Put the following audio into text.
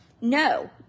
No